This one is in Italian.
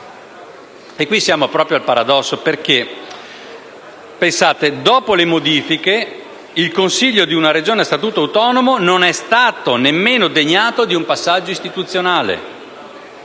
caso siamo proprio al paradosso perché, dopo le modifiche, il Consiglio di una Regione a statuto autonomo non è stato nemmeno degnato di un passaggio istituzionale.